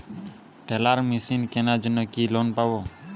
Teller machine কেনার জন্য কি লোন পাব?